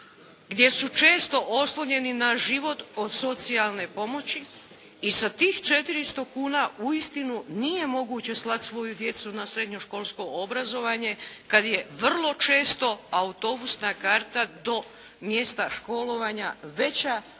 gdje su često oslonjeni na život od socijalne pomoći. I sa tih 400 kuna uistinu nije moguće slat svoju djecu na srednjoškolsko obrazovanje kad je vrlo često autobusna karta do mjesta školovanja veća